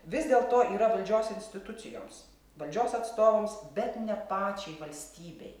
vis dėlto yra valdžios institucijoms valdžios atstovams bet ne pačiai valstybei